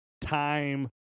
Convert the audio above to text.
time